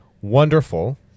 wonderful